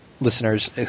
listeners